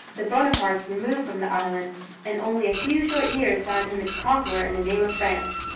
the bonapartes removed from the island and only a few short years found him its conqueror in the name of france.